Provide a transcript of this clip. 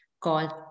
called